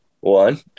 one